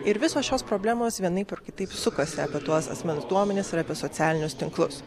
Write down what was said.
ir visos šios problemos vienaip ar kitaip sukasi apie tuos asmens duomenis ir apie socialinius tinklus